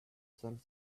some